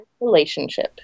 relationship